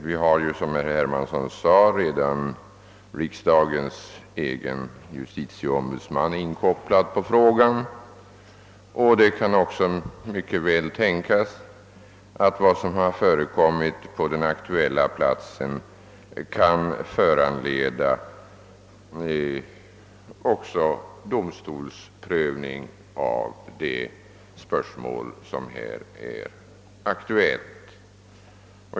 Vi har ju redan, som herr Hermansson sade, riksdagens justitieombudsman inkopplad på frågan, och det kan också mycket väl tänkas att vad som förekommit på den aktuella platsen kan föranleda domstolsprövning av spörsmålet i fråga.